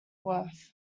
worth